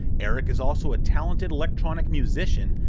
eric is also a talented electronic musician,